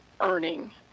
earning